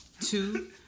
two